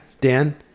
Dan